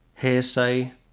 hearsay